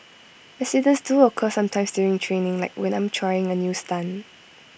accidents do occur sometimes during training like when I'm trying A new stunt